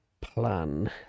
plan